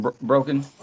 broken